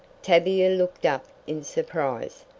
tavia looked up in surprise!